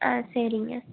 ஆ சரிங்க